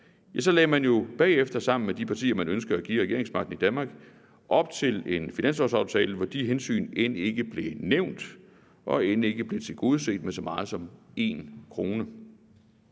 ja, så lagde man jo bagefter sammen med de partier, man ønsker at give regeringsmagten i Danmark, op til en finanslovsaftale, hvor de hensyn end ikke blev nævnt og ikke blev tilgodeset med så meget som én krone.